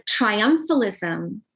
triumphalism